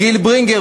גיל ברינגר,